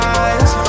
eyes